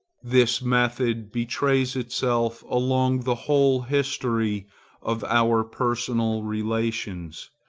this method betrays itself along the whole history of our personal relations.